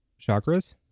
chakras